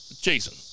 Jason